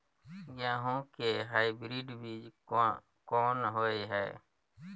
गेहूं के हाइब्रिड बीज कोन होय है?